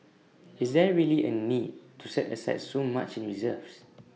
is there really A need to set aside so much in reserves